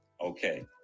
Okay